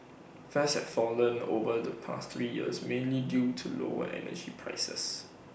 fares have fallen over the past three years mainly due to lower energy prices